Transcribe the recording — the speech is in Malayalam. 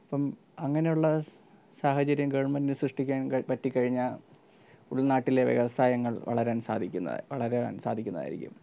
അപ്പം അങ്ങനെയുള്ള സാഹചര്യം ഗവൺമെൻറ്റിനു സൃഷ്ടിക്കാൻ ക പറ്റിക്കഴിഞ്ഞാൽ ഉൾനാട്ടിലെ വ്യവസായങ്ങൾ വളരാൻ സാധിക്കുന്ന വളരുവാൻ സാധിക്കുന്നതായിരിക്കും